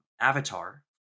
avatar